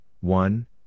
one